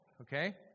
Okay